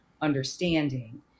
understanding